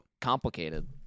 complicated